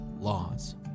laws